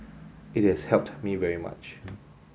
it has helped me very much